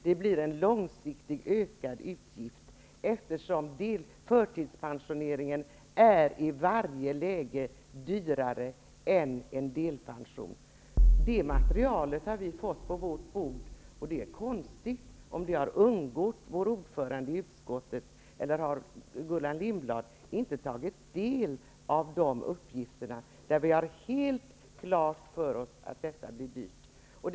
Det blir en långsiktigt ökad utgift, eftersom förtidspensioneringen i varje läge är dyrare än en delpension. Materialet har vi fått på vårt bord, och det är konstigt om det har undgått vår ordförande i utskottet. Eller har Gullan Lindblad inte tagit del av de uppgifterna, där det helt klart framgår att detta blir dyrt?